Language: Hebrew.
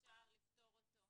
אפשר לפתור אותו.